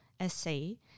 essay